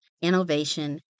innovation